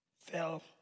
fell